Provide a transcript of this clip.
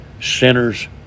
sinners